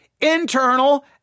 internal